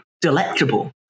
delectable